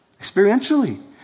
Experientially